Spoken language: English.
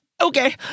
okay